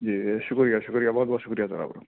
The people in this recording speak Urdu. جی شکریہ شکریہ بہت بہت شکریہ سر آپ کا